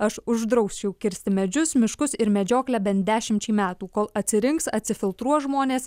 aš uždrausčiau kirsti medžius miškus ir medžioklę bent dešimčiai metų kol atsirinks atsifiltruos žmonės